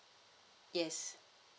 yes